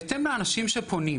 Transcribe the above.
בהתאם לאנשים שפונים.